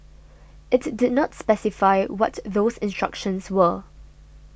it did not specify what those instructions were